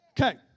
Okay